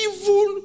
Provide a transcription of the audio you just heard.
evil